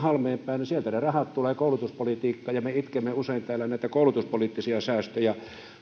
halmeenpää sieltä ne rahat tulevat koulutuspolitiikkaan ja me itkemme usein täällä näitä koulutuspoliittisia säästöjä